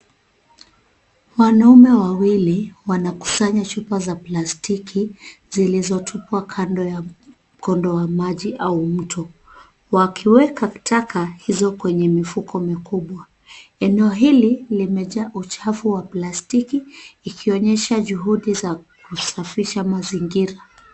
Wanaume wawili wanakusanya chupa ya plastiki zilizotupwa kando ya mkondo wa maji au mto, wakiweka taka hizo kwenye mifuko mikubwa. Eneo hili limejaa uchafu wa plastiki, ikionyesha juhudi za kusafisha mazingira.